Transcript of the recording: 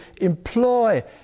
employ